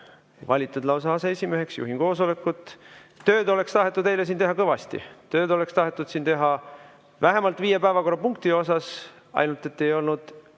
valitud lausa aseesimeheks, juhin koosolekut. Tööd oleks tahetud eile siin teha kõvasti. Tööd oleks tahetud teha vähemalt viies päevakorrapunktis, ainult et ei olnud